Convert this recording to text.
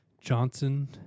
Johnson